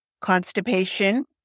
constipation